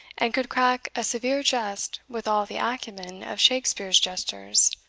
and could crack a severe jest with all the acumen of shakespeare's jesters,